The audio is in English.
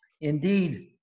Indeed